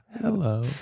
hello